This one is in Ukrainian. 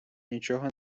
нічого